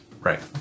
Right